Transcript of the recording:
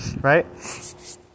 right